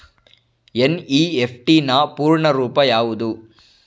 NEFT ನ ಪೂರ್ಣ ರೂಪ ಯಾವುದು?